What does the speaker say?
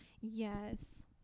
Yes